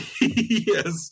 Yes